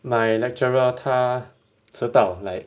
my lecturer 他迟到